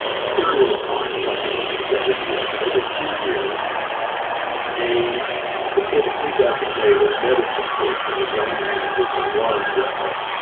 period of time, and i don't think it's every year, but every few years a specifically designated medicine person, a young man who can run well,